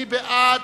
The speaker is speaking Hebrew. מי בעד?